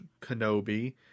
Kenobi